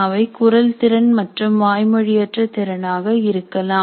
அவை குரல் திறன் மற்றும் வாய்மொழியற்ற திறனாக இருக்கலாம்